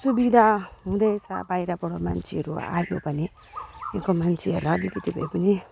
सुविधा हुँदैछ बाहिरबाट मान्छेहरू आयो भने यहाँको मान्छेहरू अलिकति भए पनि